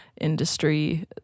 industry